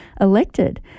elected